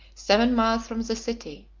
seven miles from the city.